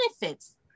benefits